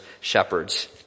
shepherds